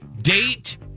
date